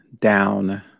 down